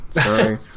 Sorry